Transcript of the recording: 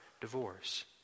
divorce